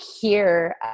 hear